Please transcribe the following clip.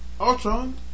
Ultron